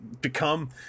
become